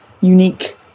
unique